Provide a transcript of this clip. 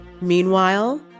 Meanwhile